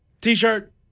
T-shirt